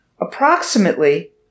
Approximately